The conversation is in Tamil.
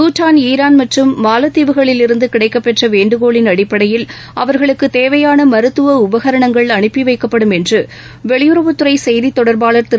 பூடான் ஈரான் மற்றும் மாலத்தீவுகளில் இருந்து கிடைக்கப்பெற்ற வேண்டுகோளின் அடிப்படையில் அவர்களுக்கு தேவையான மருத்துவ உபகரணங்கள் அனுப்பி வைக்கப்படும் என்று வெளியுறவுத்துறை செய்தி தொடர்பாளர் திரு